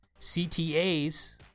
CTAs